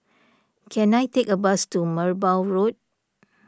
can I take a bus to Merbau Road